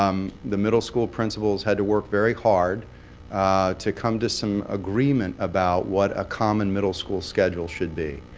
um the middle school principals had to work very hard to come to some agreement about what a common middle school schedule should be.